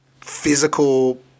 physical